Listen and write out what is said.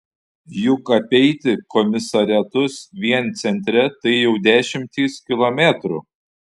juk apeiti komisariatus vien centre tai jau dešimtys kilometrų